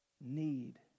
need